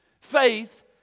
Faith